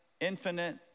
infinite